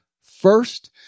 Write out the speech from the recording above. first